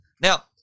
Now